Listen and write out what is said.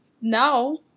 now